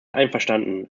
einverstanden